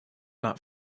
not